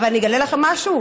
אבל אני אגלה לכם משהו,